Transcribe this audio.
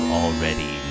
already